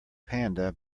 panda